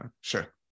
Sure